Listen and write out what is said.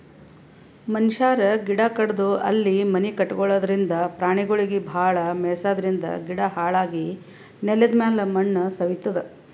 ಮನಶ್ಯಾರ್ ಗಿಡ ಕಡದು ಅಲ್ಲಿ ಮನಿ ಕಟಗೊಳದ್ರಿಂದ, ಪ್ರಾಣಿಗೊಳಿಗ್ ಭಾಳ್ ಮೆಯ್ಸಾದ್ರಿನ್ದ ಗಿಡ ಹಾಳಾಗಿ ನೆಲದಮ್ಯಾಲ್ ಮಣ್ಣ್ ಸವಿತದ್